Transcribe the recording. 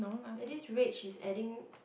at this rate she's adding